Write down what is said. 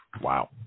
wow